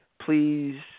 please